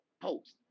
post